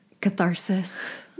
catharsis